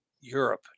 Europe